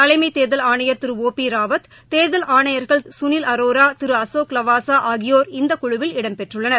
தலைமைதேர்தல் ஆணையர் திரு ஆ பிராவத் தேர்தல் ஆணையர்கள் திருசுனில் அரோரா திருஅசோக் லவாசா ஆகியோர் இந்தகுழுவில் இடம்பெற்றுள்ளனர்